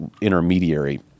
intermediary